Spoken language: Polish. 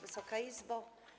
Wysoka Izbo!